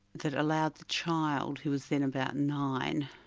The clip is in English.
that allowed the child, who was then about nine,